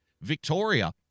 Victoria